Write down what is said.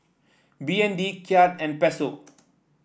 B N D Kyat and Peso